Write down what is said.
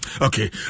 Okay